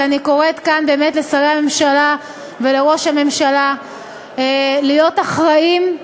ואני קוראת כאן באמת לשרי הממשלה ולראש הממשלה להיות אחראיים,